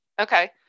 Okay